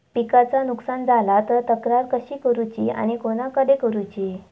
पिकाचा नुकसान झाला तर तक्रार कशी करूची आणि कोणाकडे करुची?